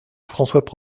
françois